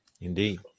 Indeed